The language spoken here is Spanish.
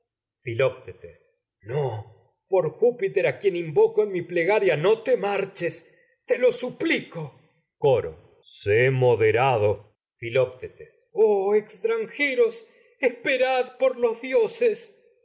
filoctetes no por júpiter quien invoco en mi plegaria te marches te lo suplico coro sé moderado filoctetes dioses oh extranjeros esperad por los